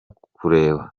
kureba